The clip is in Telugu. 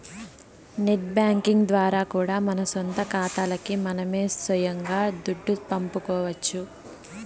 నెట్ బ్యేంకింగ్ ద్వారా కూడా మన సొంత కాతాలకి మనమే సొయంగా దుడ్డు పంపుకోవచ్చు